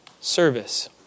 service